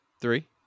Three